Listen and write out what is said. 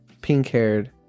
pink-haired